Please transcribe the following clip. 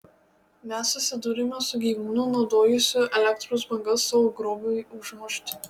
mes susidūrėme su gyvūnu naudojusiu elektros bangas savo grobiui užmušti